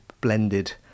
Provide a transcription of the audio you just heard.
blended